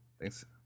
Thanks